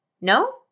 No